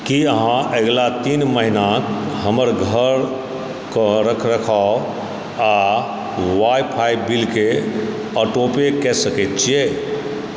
की अहाँ अगिला तीन महिनाके हमर घरके रखरखाव आ वाइ फाइ बिलके ऑटो पे कए सकैत छियै